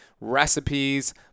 recipes